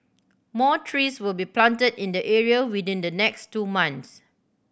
more trees will be planted in the area within the next two months